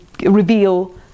reveal